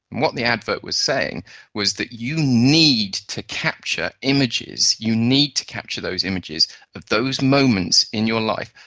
what the advert was saying was that you need to capture images, you need to capture those images of those moments in your life,